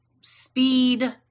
speed